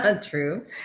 True